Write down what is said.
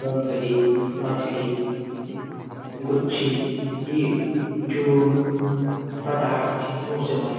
मुमफली मछली गुछी ई जू पदार्थ छन यूं से हूदी।